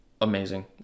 Amazing